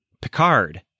Picard